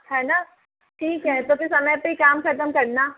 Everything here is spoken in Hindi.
है न ठीक है तो फिर समय पर ही काम ख़त्म करना